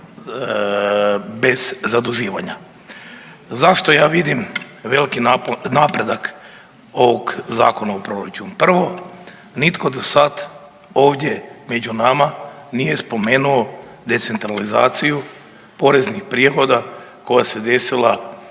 bez zaduživanja. Zašto ja vidim veliki napredak ovog Zakona o proračunu? Prvo, nitko do sad ovdje među nama nije spomenuo decentralizaciju poreznih prihoda koja se desila